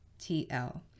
tl